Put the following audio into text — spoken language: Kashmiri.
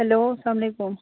ہیٚلو اسلام علیکُم